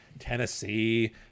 Tennessee